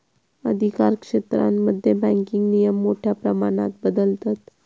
अधिकारक्षेत्रांमध्ये बँकिंग नियम मोठ्या प्रमाणात बदलतत